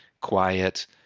quiet